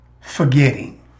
forgetting